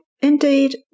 indeed